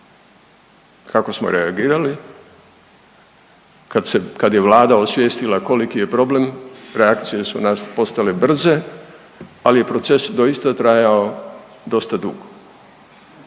kako smo reagirali kad se, kad je Vlada osvijestila koliki je problem reakcije su postale brze, ali je proces doista trajao dosta dugo